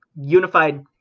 unified